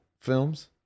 films